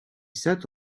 sat